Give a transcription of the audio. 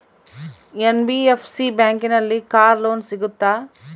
NBFC ಬ್ಯಾಂಕಿನಲ್ಲಿ car loan ಸಿಗುತ್ತಾ?